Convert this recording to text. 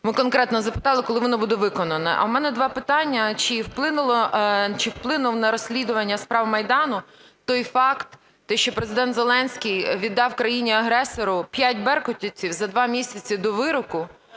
Ми конкретно запитали, коли воно буде виконане? А у мене два питання. Чи вплинув на розслідування справ Майдану той факт те, що Президент Зеленський віддав країні-агресору п'ять беркутівців за два місяці до вироку?